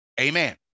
Amen